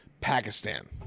Pakistan